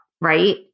right